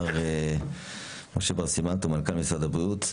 מר משה בר סימן טוב, מנכ"ל משרד הבריאות.